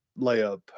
layup